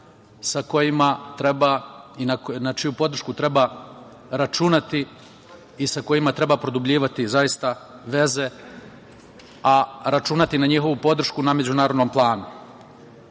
sa kojima treba, i na čiju podršku treba računati i sa kojima treba produbljivati zaista veze, a računati na njihovu podršku na međunarodnom planu. Drugi